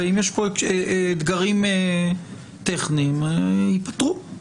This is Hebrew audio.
ואם יש פה אתגרים טכניים ייפתרו.